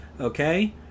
okay